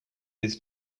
his